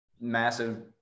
massive